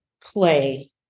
play